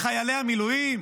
למען חיילי המילואים?